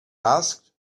asked